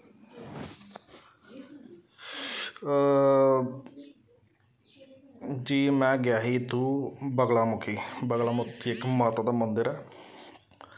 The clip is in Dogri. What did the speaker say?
जी में गेआ ही इत्थूं बगलामुखी बगलामुखी इक माता दा मन्दर ऐ